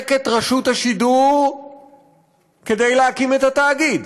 לרסק את רשות השידור כדי להקים את התאגיד,